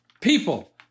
People